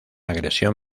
agresión